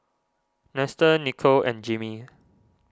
Nestor Nicole and Jimmy